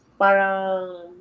parang